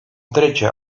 trece